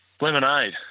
Lemonade